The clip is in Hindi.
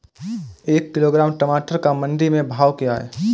एक किलोग्राम टमाटर का मंडी में भाव क्या है?